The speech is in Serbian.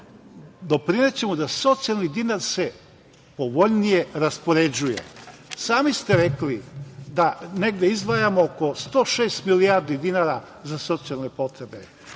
doprinećemo tome da se socijalni dinar povoljnije raspoređuje. Sami ste rekli da negde izdvajamo oko 106 milijardi dinara za socijalne potrebe.